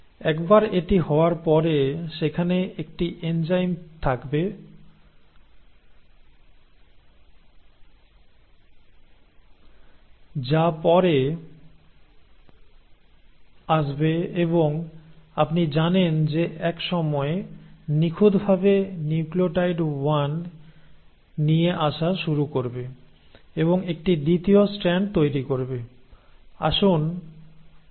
একবার এটি হওয়ার পরে সেখানে একটি এনজাইম থাকতে হবে যা পরে আসবে এবং আপনি জানেন যে এক সময়ে নিখুঁতভাবে নিউক্লিওটাইড 1 নিয়ে আসা শুরু করবে এবং একটি দ্বিতীয় স্ট্র্যান্ড তৈরি করবে